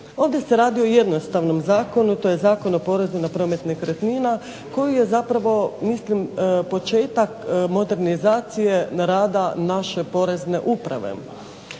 Ovdje se radi o jednostavnom zakonu to je Zakon o porezu na promet nekretnina koji je zapravo mislim početak modernizacije rada naše Porezne uprave.